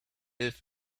live